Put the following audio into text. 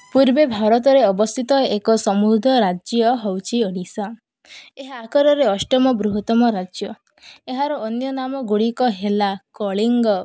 ପୂର୍ବେ ଭାରତରେ ଅବସ୍ଥିତ ଏକ ସମୃଦ୍ଧ ରାଜ୍ୟ ହେଉଛିି ଓଡ଼ିଶା ଏହା ଆକାରରେ ଅଷ୍ଟମ ବୃହତ୍ତମ ରାଜ୍ୟ ଏହାର ଅନ୍ୟ ନାମଗୁଡ଼ିକ ହେଲା କଳିଙ୍ଗ